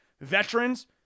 veterans